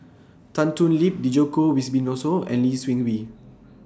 Tan Thoon Lip Djoko Wibisono and Lee Seng Wee